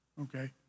Okay